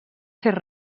ser